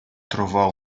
trovò